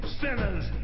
sinners